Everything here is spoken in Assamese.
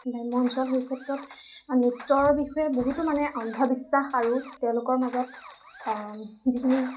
গ্ৰাম্য অঞ্চল সেই ক্ষেত্ৰত নৃত্যৰ বিষয়ে বহুতো মানে অন্ধবিশ্বাস আৰু তেওঁলোকৰ মাজত যিখিনি